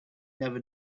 never